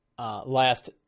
Last